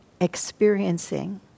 experiencing